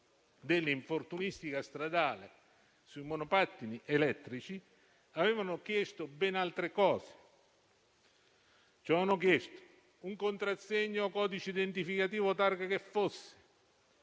dell'infortunistica stradale sui monopattini elettrici, avevano chiesto ben altre cose. Ci avevano chiesto un contrassegno, codice identificativo o targa che fosse,